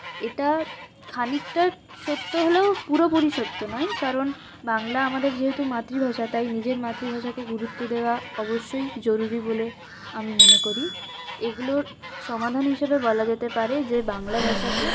এটা খানিকটা সত্য হলেও পুরোপুরি সত্য নয় কারণ বাংলা আমাদের যেহেতু মাতৃভাষা তাই নিজের মাতৃভাষাকে গুরুত্ব দেওয়া অবশ্যই জরুরি বলে আমি মনে করি এগুলোর সমাধান হিসেবে বলা যেতে পারে যে বাংলা ভাষাকে